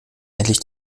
endlich